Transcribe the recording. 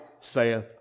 saith